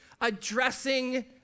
addressing